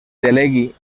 delegui